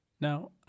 Now